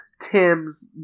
Tim's